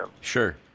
Sure